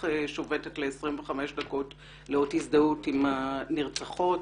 שובתת ל-25 דקות לאות הזדהות עם הנרצחות.